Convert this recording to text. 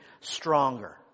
stronger